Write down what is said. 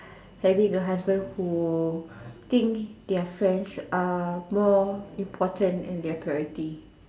having a husband who think their friends are more important in their priority